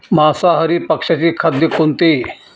मांसाहारी पक्ष्याचे खाद्य कोणते?